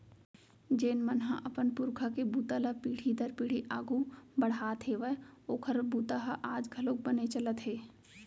जेन मन ह अपन पूरखा के बूता ल पीढ़ी दर पीढ़ी आघू बड़हात हेवय ओखर बूता ह आज घलोक बने चलत हे